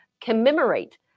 commemorate